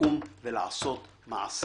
לקום ולעשות מעשה